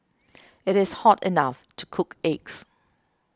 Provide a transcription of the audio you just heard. it is hot enough to cook eggs